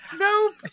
nope